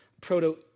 Proto